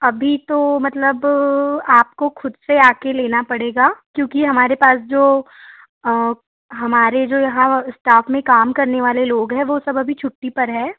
अभी तो मतलब आपको ख़ुद से आकर लेना पड़ेगा क्योंकि हमारे पास जो हमारे जो यहाँ स्टाफ़ में काम करने वाले लोग हैं वह सब अभी छुट्टी पर है